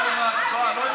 את טועה.